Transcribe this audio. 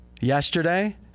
yesterday